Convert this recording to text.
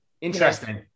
Interesting